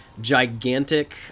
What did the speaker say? gigantic